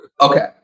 Okay